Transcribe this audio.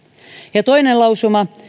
ja toinen lausuma